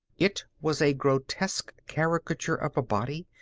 it was a grotesque caricature of a body,